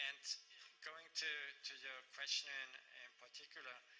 and going to to your question in and particular,